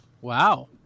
wow